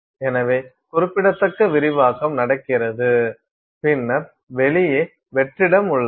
எனவே குறிப்பிடத்தக்க விரிவாக்கம் நடக்கிறது பின்னர் வெளியே வெற்றிடம் உள்ளது